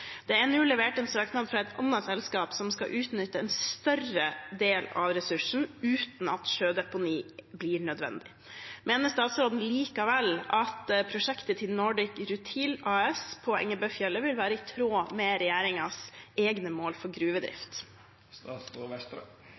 Det er nå levert en søknad fra et annet selskap som skal utnytte en større del av ressursen uten at sjødeponi blir nødvendig. Mener statsråden likevel at prosjektet til Nordic Rutile AS på Engebøfjellet vil være i tråd med regjeringens egne mål for gruvedrift?»